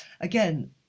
again